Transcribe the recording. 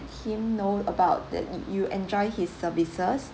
him know about that y~ you enjoy his services